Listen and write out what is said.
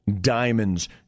diamonds